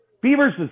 Beaver's